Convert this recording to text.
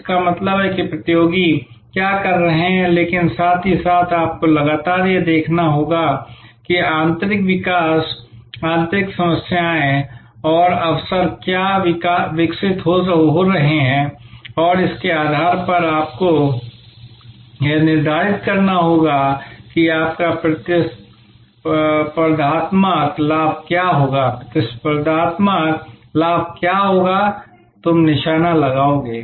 इसका मतलब है कि प्रतियोगी क्या कर रहे हैं लेकिन साथ ही साथ आपको लगातार यह देखना होगा कि आंतरिक विकास आंतरिक समस्याएं और अवसर क्या विकसित हो रहे हैं और इसके आधार पर आपको यह निर्धारित करना होगा कि आपका प्रतिस्पर्धात्मक लाभ क्या होगा प्रतिस्पर्धात्मक लाभ क्या होगा तुम निशाना लगाओगे